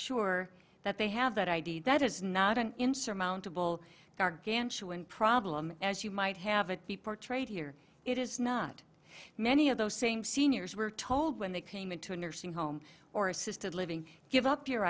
sure that they have that i d that is not an insurmountable gargantuan problem as you might have it be portrayed here it is not many of those same seniors were told when they came into a nursing home or assisted living give up your